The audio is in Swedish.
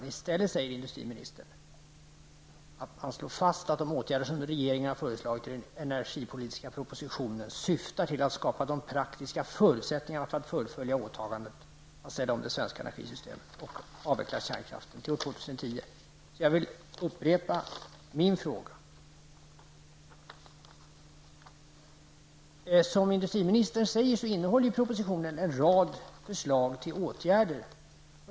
I stället säger industriministern att han slår fast att de åtgärder som regeringen har föreslagit i den energipolitiska propositionen syftar till att skapa de praktiska förutsättningarna för att fullfölja åtagandet att ställa om det svenska energisystemet och avveckla kärnkraften till år 2010. Jag vill mot denna bakgrund upprepa min fråga. Som industriministern säger, innehåller propositionen en rad förslag till åtgärder.